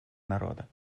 народа